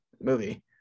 Movie